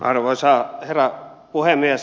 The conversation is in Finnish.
arvoisa herra puhemies